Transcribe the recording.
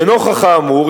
לנוכח האמור,